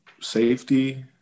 Safety